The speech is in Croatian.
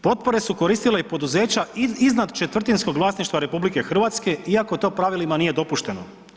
Potpore su koristila i poduzeća iznad četvrtinskog vlasništva RH iako to pravilima nije dopušteno.